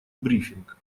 брифинг